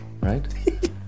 right